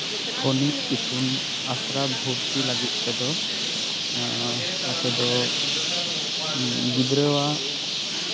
ᱛᱷᱚᱱᱤᱛ ᱤᱛᱩᱱ ᱟᱥᱲᱟ ᱵᱷᱚᱨᱛᱤ ᱞᱟᱹᱜᱤᱫ ᱛᱮᱫᱚ ᱟᱯᱮ ᱫᱚ ᱜᱤᱫᱽᱨᱟᱹᱣᱟᱜ